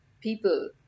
people